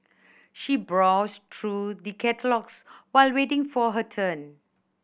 she browsed through the catalogues while waiting for her turn